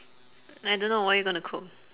I don't know what you are gonna cook